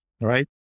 right